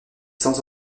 sans